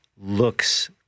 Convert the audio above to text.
looks